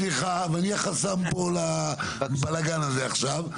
סליחה, ואני החסם פה לבלגן הזה עכשיו.